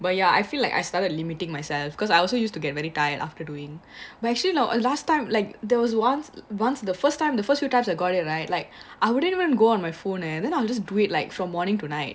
but ya I feel like I started limiting myself cause I also used to get very tired after doing well actually you know last time like there was once once the first time the first few times I got it right like I wouldn't even go on my phone leh then I'll just do it like from morning to night